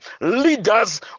leaders